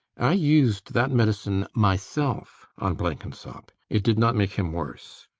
i used that medicine myself on blenkinsop. it did not make him worse.